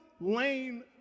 lane